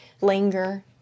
linger